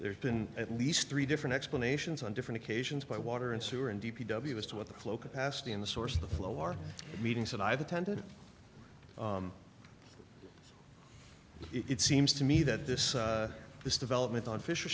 there's been at least three different explanations on different occasions by water and sewer and d p w as to what the flow capacity in the source of the flow are meetings that i've attended it seems to me that this this development on fisher